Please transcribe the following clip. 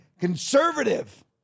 conservative